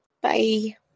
Bye